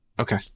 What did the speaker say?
Okay